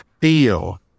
feel